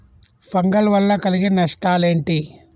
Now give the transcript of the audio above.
Fungal వల్ల కలిగే నష్టలేంటి?